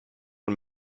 und